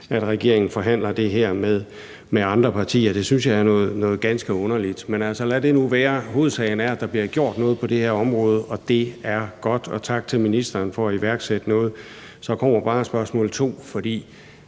at regeringen forhandler det her med andre partier. Det synes jeg er noget ganske underligt noget. Men lad det nu være. Hovedsagen er, at der bliver gjort noget på det her område, og det er godt. Og tak til ministeren for at iværksætte noget. Så kommer bare det andet